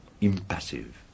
impassive